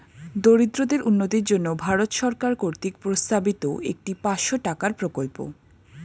দরিদ্রদের উন্নতির জন্য ভারত সরকার কর্তৃক প্রস্তাবিত একটি পাঁচশো টাকার প্রকল্প